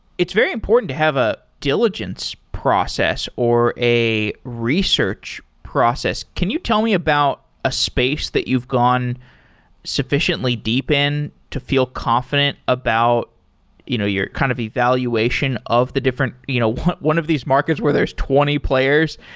it's very important to have a diligence process or a research process. can you tell me about a space that you've gone sufficiently deep in to feel confident about you know your kind of evaluation of the different you know one one of these markers where there's twenty players.